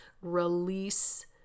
release